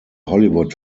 hollywood